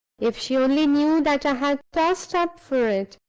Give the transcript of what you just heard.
if she only knew that i had tossed up for it!